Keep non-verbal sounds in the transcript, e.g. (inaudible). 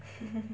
(laughs)